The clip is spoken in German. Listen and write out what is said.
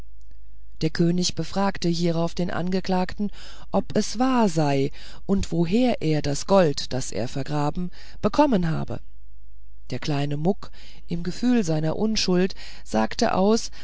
der könig befragte hierauf den angeklagten ob es wahr sei und woher er das gold das er vergraben bekommen habe der kleine muck im gefühl seiner unschuld sagte aus